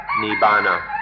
Nibbana